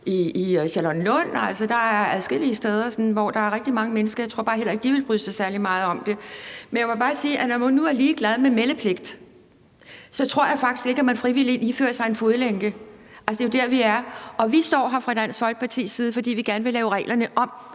i Charlottenlund. Altså, der er adskillige steder, hvor der er rigtig mange mennesker. Jeg tror bare heller ikke, de ville bryde sig særlig meget om det. Jeg må bare sige, at når man nu er ligeglad med meldepligt, tror jeg faktisk ikke, man frivilligt ifører sig en fodlænke. Altså, det er jo der, vi er. Vi står her fra Dansk Folkepartis side, fordi vi gerne vil lave reglerne om.